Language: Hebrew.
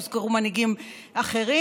הוזכרו מנהיגים אחרים.